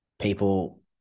people